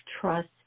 trust